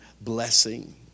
blessing